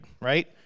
right